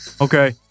Okay